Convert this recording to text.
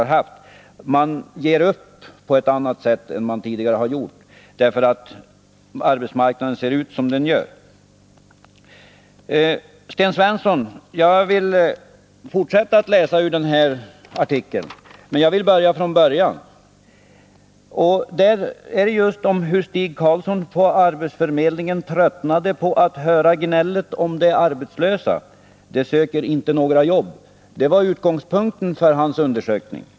De arbetssökande ger upp på ett annat sätt än tidigare, därför att arbetsmarknaden ser ut som den gör. Jag vill fortsätta att läsa ur tidningsartikeln, Sten Svensson, men jag vill börja från början. Där står det om hur Stig Carlsson på arbetsförmedlingen tröttnat på att höra gnället om de arbetslösa: ”de söker inte några jobb.” Det 115 var utgångspunkten för hans undersökning.